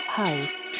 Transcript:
house